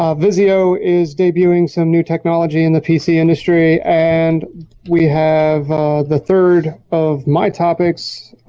ah vizio is debuting some new technology in the pc industry. and we have the third of my topics,